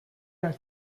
are